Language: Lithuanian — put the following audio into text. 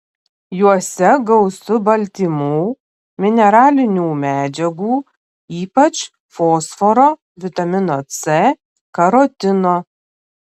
juose gausu baltymų mineralinių medžiagų ypač fosforo vitamino c karotino